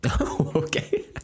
Okay